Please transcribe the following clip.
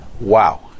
Wow